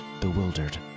bewildered